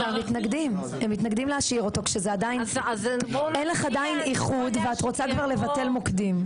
הם מתנגדים להשאיר אותו כשאין לך עדיין איחוד ואת רוצה כבר לבטל מוקדים.